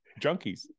junkies